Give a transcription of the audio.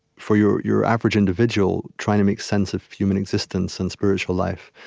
for your your average individual, trying to make sense of human existence and spiritual life,